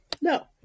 No